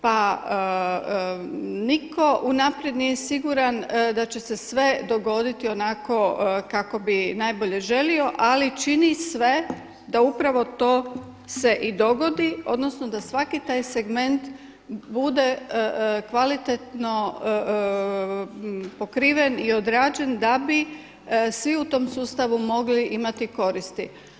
Pa niko unaprijed nije siguran da će se sve dogoditi onako kako bi najbolje želio, ali čini sve da upravo to se i dogodi odnosno da svaki taj segment bude kvalitetno pokriven i odrađen da bi svi u tom sustavu mogli imati koristi.